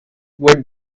what